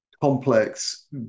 complex